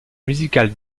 musicale